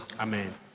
Amen